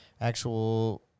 actual